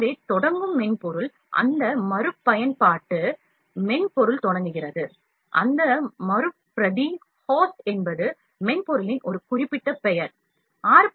எனவே தொடங்கும் மென்பொருள் அந்த மறுபயன்பாட்டு மென்பொருள் தொடங்குகிறது அந்த மறுபிரதி ஹோஸ்ட் என்பது மென்பொருளின் ஒரு குறிப்பிட்ட பெயர் 6